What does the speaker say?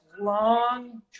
long